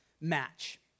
match